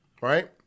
right